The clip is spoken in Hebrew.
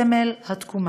סמל התקומה.